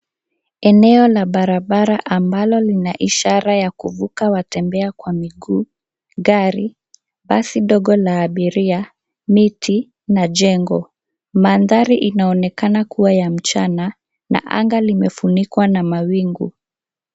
Eneo la barabara ambalo lina ishara ya kuvuka watembea kwa miguu, gari, basi ndogo la abiria, miti na jengo. Mandhari inaonekana kuwa ya mchana na anga limefunikwa na mawingu.